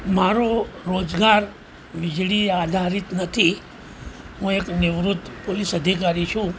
મારો રોજગાર વીજળી આધારીત નથી હું એક નિવૃત્ત પોલિસ અધિકારી છું